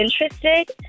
interested